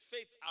Faith